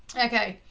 okay,